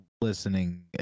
listening